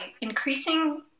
increasing